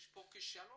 יש פה כישלון